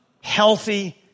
healthy